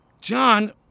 John